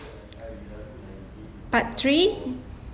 part three